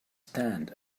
stand